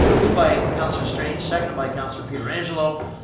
moved by council strange, seconded by council pietrangelo.